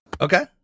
Okay